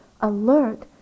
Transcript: alert